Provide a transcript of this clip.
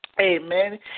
Amen